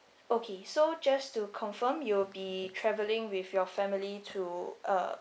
okay so just to confirm you will be travelling with your family to uh